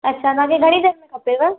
अच्छा तांखे घणी देरि में खपेव